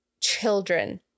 Children